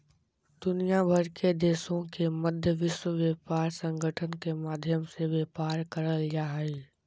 दुनिया भर के देशों के मध्य विश्व व्यापार संगठन के माध्यम से व्यापार करल जा हइ